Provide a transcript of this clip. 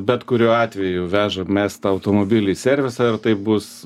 bet kuriuo atveju vežam mes tą automobilį į servisą ir tai bus